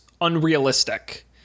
unrealistic